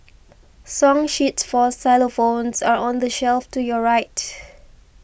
song sheets for xylophones are on the shelf to your right